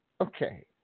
Okay